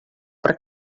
para